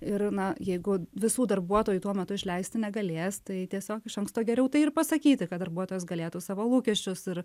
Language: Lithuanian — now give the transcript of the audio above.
ir na jeigu visų darbuotojų tuo metu išleisti negalės tai tiesiog iš anksto geriau tai ir pasakyti kad darbuotojas galėtų savo lūkesčius ir